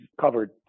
covered